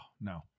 no